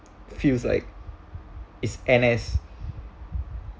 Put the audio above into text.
feels like is N_S